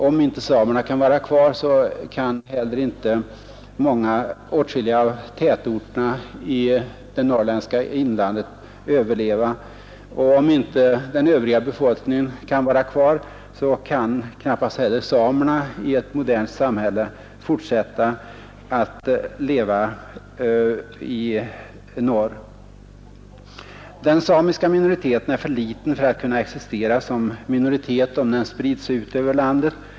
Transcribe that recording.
Om inte samerna kan vara kvar, kan heller inte åtskilliga av tätorterna i det norrländska inlandet överleva. Och om inte den övriga befolkningen kan vara kvar, kan knappast heller samerna i ett modernt samhälle fortsätta att leva i norr. Den samiska befolkningen är för liten för att kunna existera som minoritet, om den sprids ut över hela landet.